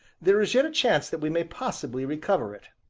there is yet a chance that we may possibly recover it.